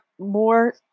more